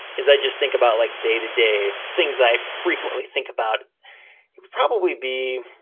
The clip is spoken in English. is i just think about like day to day. things i frequently think about would probably be